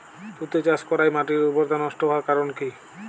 তুতে চাষ করাই মাটির উর্বরতা নষ্ট হওয়ার কারণ কি?